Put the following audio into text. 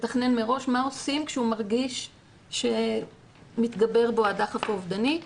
לתכנן מראש מה עושים כשהוא מרגיש שמתגבר בו הדחף האובדני.